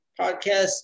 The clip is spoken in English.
podcast